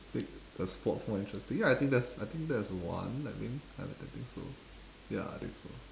make the sports more interesting ya I think that's I think that's one I I think so ya I think so